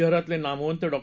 शहरातले नामवंत डॉ